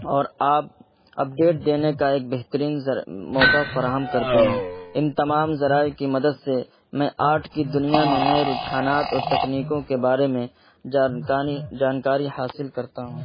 اور آپ اپڈیٹ دینے کا ایک بہترین موقع فراہم کرتے ہیں ان تمام ذرائع کی مدد سے میں آرٹ کی دنیا میں ںئے رجحانات اور تکنیکوں کے بارے میں جانکاری حاصل کرتا ہوں